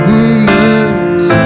Rumors